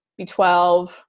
B12